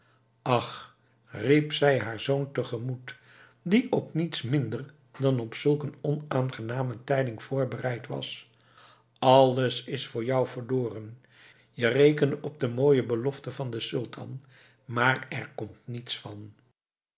ach riep zij haar zoon tegemoet die op niets minder dan op zulk een onaangename tijding voorbereid was alles is voor jou verloren je rekende op de mooie belofte van den sultan maar er komt niets van